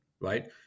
right